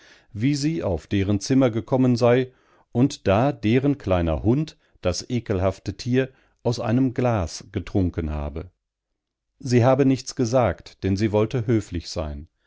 wie sie auf deren zimmer gekommen sei und da deren kleiner hund das ekelhafte tier aus einem glas getrunken habe sie habe nichts gesagt denn sie wollte höflich sein